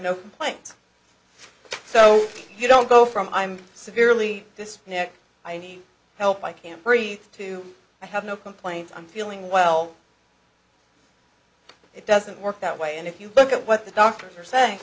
no complaints so you don't go from i'm severely this you know i need help i can't breathe too i have no complaints i'm feeling well it doesn't work that way and if you look at what the doctors are saying